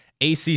ACC